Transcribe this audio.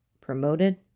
promoted